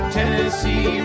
Tennessee